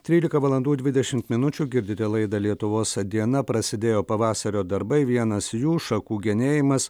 trylika valandų dvidešim minučių girdite laidą lietuvos diena prasidėjo pavasario darbai vienas jų šakų genėjimas